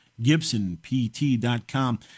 GibsonPT.com